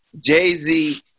Jay-Z